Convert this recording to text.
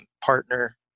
partner